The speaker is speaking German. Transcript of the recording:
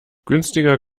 günstiger